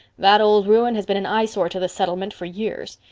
that old ruin has been an eyesore to the settlement for years.